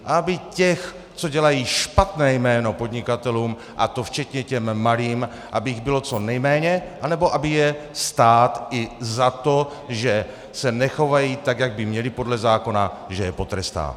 A aby těch, co dělají špatné jméno podnikatelům, a to včetně těch malých, aby jich bylo co nejméně, anebo aby je stát i za to, že se nechovají tak, jak by měli podle zákona, že je potrestá.